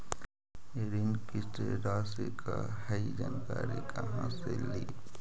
ऋण किस्त रासि का हई जानकारी कहाँ से ली?